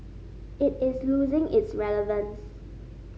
it is losing its relevance